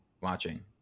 watching